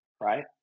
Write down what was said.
right